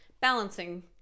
balancing